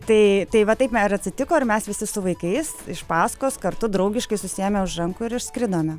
tai tai va taip ir atsitiko ir mes visi su vaikais iš paskos kartu draugiškai susiėmę už rankų ir išskridome